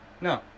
no